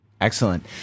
Excellent